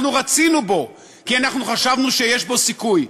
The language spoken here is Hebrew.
אנחנו רצינו בו, כי אנחנו חשבנו שיש פה סיכוי.